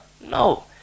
No